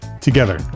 together